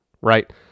right